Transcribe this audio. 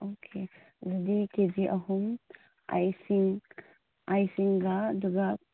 okay ꯑꯗꯨꯒꯤ K G ꯑꯍꯨꯝ ꯑꯥꯏꯁꯤꯡ ꯑꯥꯏꯁꯤꯡꯒ ꯑꯗꯨꯒ